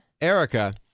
Erica